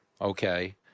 okay